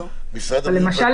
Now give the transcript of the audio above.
משרד הבריאות --- למשל,